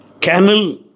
Camel